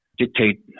dictate